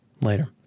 later